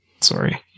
Sorry